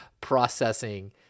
processing